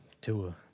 Tua